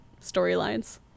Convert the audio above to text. storylines